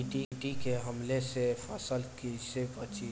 टिड्डी के हमले से फसल कइसे बची?